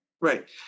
Right